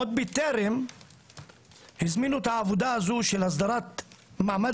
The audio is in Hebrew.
עוד בטרם הזמינו את העבודה הזו של הסדרת מעמד